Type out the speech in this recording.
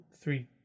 three